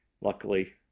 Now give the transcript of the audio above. luckily